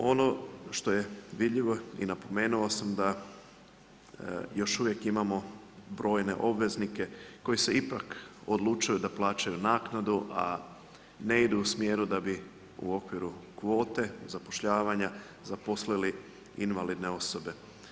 Ono što je vidljivo i napomenuo sam da još uvijek imamo brojne obveznike koji se ipak odlučuju da plaćaju naknadu a ne idu u smjeru da bi u okviru kvote, zapošljavanja, zaposlili invalidne osobe.